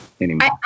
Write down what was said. anymore